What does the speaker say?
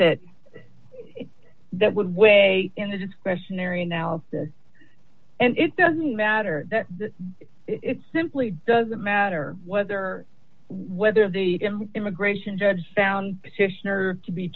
that that would weigh in the discretionary analysis and it doesn't matter it simply doesn't matter whether whether the immigration judge found to be